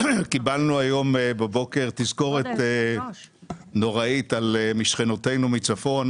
קיבלנו היום בבוקר תזכורת נוראית משכנותינו מצפון